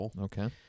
Okay